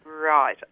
Right